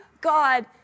God